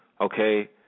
Okay